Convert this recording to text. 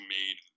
made